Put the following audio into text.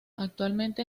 actualmente